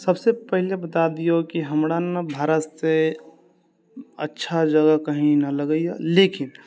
सबसे पहिले बता दियौ कि हमरा न भारत से अच्छा जगह कहीं न लगै यऽ लेकिन